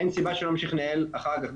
אין סיבה שלא נמשיך לנהל אחר כך.